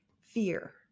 fear